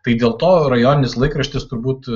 tai dėl to rajoninis laikraštis turbūt